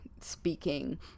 speaking